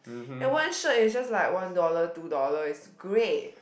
and one shoot is just like one dollar two dollar it's great